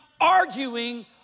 arguing